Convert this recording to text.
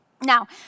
Now